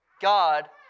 God